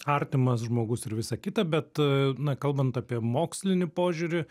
artimas žmogus ir visa kita bet na kalbant apie mokslinį požiūrį